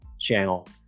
channel